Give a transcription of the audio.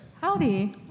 Howdy